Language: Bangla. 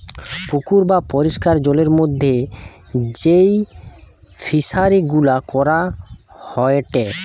পুকুর বা পরিষ্কার জলের মধ্যে যেই ফিশারি গুলা করা হয়টে